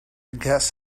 guess